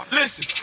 listen